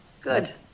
Good